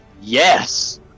Yes